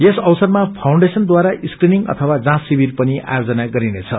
यस अवसरमा फाउन्डेशनद्वारा स्क्रीनिङ अथवा जाँच शिविर पनि आयोजन गरिनेछ